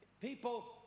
People